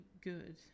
good